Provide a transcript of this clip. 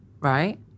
right